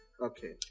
Okay